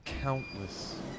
Countless